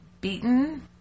Beaten